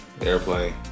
Airplane